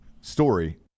story